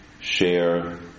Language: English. share